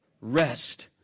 Rest